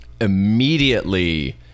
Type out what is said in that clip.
Immediately